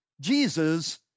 Jesus